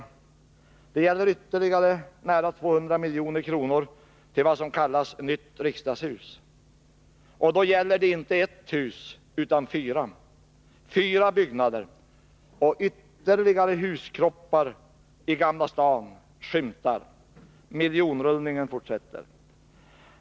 Denna punkt gäller ytterligare nära 200 milj.kr. till vad som kallas Nytt riksdagshus. Och då gäller det inte ett hus utan fyra. Fyra byggnader, och ytterligare huskroppar i Gamla stan skym-ar — miljonrull | ningen fortsätter.